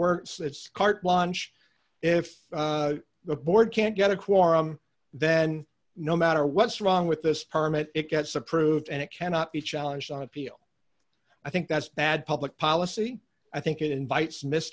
works that's carte blanche if the board can't get a quorum then no matter what's wrong with this permit it gets approved and it cannot be challenged on appeal i think that's bad public policy i think it invites